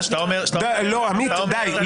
כשאתה אומר --- שנייה --- עמית, די.